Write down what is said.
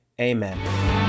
Amen